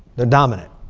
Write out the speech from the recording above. they're dominant.